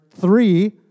three